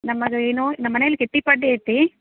ನಮ್ಮದು ಏನೋ ನಮ್ಮನೇಲಿ ಕಿಟ್ಟಿ ಪಾಟಿ ಐತಿ